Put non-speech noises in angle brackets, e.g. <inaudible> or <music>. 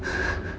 <laughs>